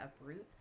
uproot